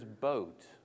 boat